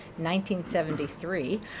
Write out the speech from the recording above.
1973